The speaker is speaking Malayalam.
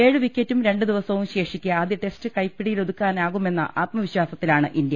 ഏഴ് വിക്കറ്റും രണ്ടുദിവസവും ശേഷിക്കെ ആദ്യ ടെസ്റ്റ് കൈപ്പിടിയിലൊതുക്കാമെന്ന ആത്മ വിശ്വാസത്തിലാണ് ഇന്ത്യ